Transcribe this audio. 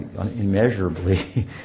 immeasurably